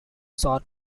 sort